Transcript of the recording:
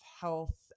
health